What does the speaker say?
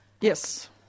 Yes